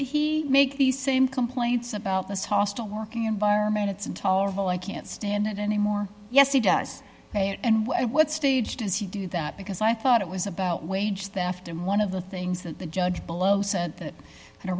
he make the same complaints about this hostile working and it's intolerable i can't stand it anymore yes he does and what stage does he do that because i thought it was about wage theft and one of the things that the judge below said that